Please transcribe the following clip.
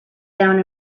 down